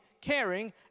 caring